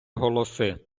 голоси